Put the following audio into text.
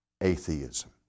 atheism